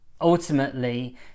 Ultimately